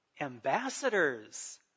Ambassadors